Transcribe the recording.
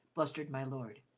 blustered my lord.